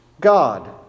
God